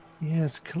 Yes